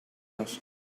else